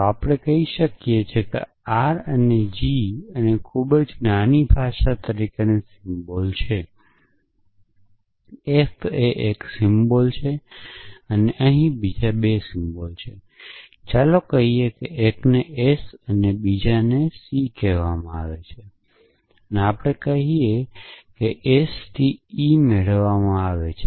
તો ચાલો આપણે કહી શકીએ કે r એ g અને ખૂબ જ નાની ભાષા તરીકેનું સિમ્બોલ છે F એ એક સિમ્બોલ છે અને અહી 2 સિમ્બોલ છે ચાલો કહીએ કે એકને s કહીયે અને એકને c c કહેવામાં આવે છે ચાલો આપણે કહીએ કે s થી e મેળવવામાં આવે છે